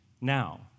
now